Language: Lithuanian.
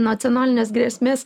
nacionalines grėsmės